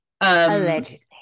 allegedly